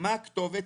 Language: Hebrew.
מה הכתובת,